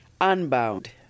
Unbound